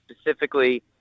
specifically